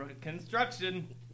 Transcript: construction